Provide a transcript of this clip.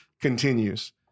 continues